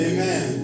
Amen